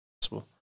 possible